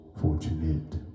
fortunate